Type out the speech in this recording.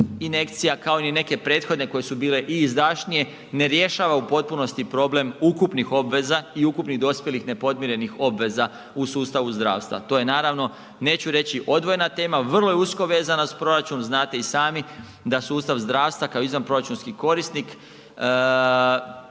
injekcija, kao i neke prethodne koje su bile i izdašnije, ne rješava u potpunosti problem ukupnih obveza i ukupnih dospjelih nepodmirenih obveza u sustavu zdravstva, to je naravno, neću reći odvojena tema, vrlo je usko vezana uz proračun, znate i sami da sustav zdravstva kao izvanproračunski korisnik